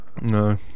No